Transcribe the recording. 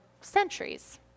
centuries